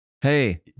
Hey